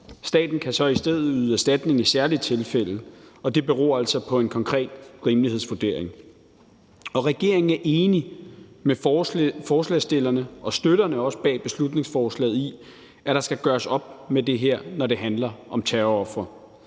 Staten kan så i stedet yde erstatning i særlige tilfælde, og det beror altså på en konkret rimelighedsvurdering. Regeringen er enig med forslagsstillerne og støtterne bag beslutningsforslaget i, at der skal gøres op med det her, når det handler om terrorofre.